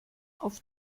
auf